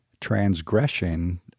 transgression